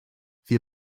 wir